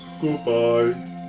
Goodbye